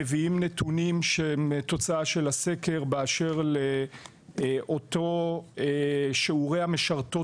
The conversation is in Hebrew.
אנחנו מביאים נתונים שהם תוצאה של הסקר באשר לאותו שיעורי משרתות